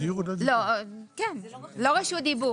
לא רשות דיבור.